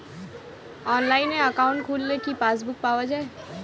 অনলাইনে একাউন্ট খুললে কি পাসবুক পাওয়া যায়?